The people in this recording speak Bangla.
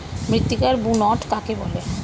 মৃত্তিকার বুনট কাকে বলে?